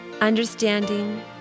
Understanding